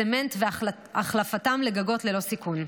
צמנט, והחלפתם לגגות ללא סיכון.